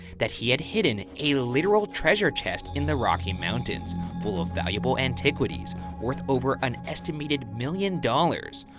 that he had hidden a literal treasure chest in the rocky mountains full of valuable antiquities worth over an estimated million dollars.